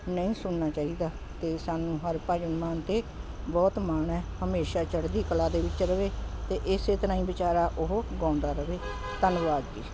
ਨਹੀਂ ਸੁਣਨਾ ਚਾਹੀਦਾ ਅਤੇ ਸਾਨੂੰ ਹਰਭਜਨ ਮਾਨ 'ਤੇ ਬਹੁਤ ਮਾਣ ਹੈ ਹਮੇਸ਼ਾ ਚੜ੍ਹਦੀ ਕਲਾ ਦੇ ਵਿੱਚ ਰਹੇ ਅਤੇ ਇਸੇ ਤਰ੍ਹਾਂ ਹੀ ਵਿਚਾਰਾ ਉਹ ਗਾਉਂਦਾ ਰਹੇ ਧੰਨਵਾਦ ਜੀ